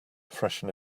freshen